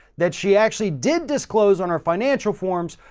that she actually did disclose on her financial forms,